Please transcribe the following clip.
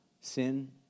sin